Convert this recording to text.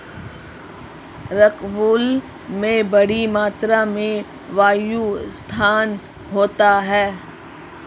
rockwool में बड़ी मात्रा में वायु स्थान होता है